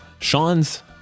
Sean's